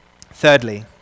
Thirdly